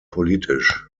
politisch